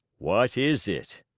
what is it?